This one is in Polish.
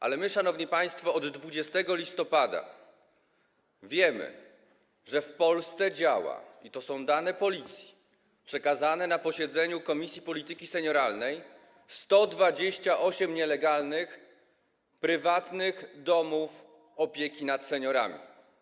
Ale my, szanowni państwo, od 20 listopada wiemy, że w Polsce działa, i to są dane Policji, przekazane na posiedzeniu Komisji Polityki Senioralnej, 128 nielegalnych, prywatnych domów opieki nad seniorami.